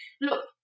Look